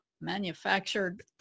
manufactured